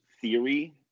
theory